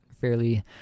fairly